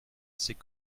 c’est